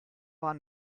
war